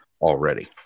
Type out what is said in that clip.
already